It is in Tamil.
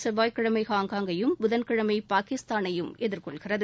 செவ்வாய்கிழமை ஹாங்காங்கையும் புதன்கிழமை இந்தியா வரும் பாகிஸ்தானையும் எதிர்கொள்கிறது